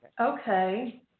Okay